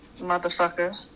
motherfucker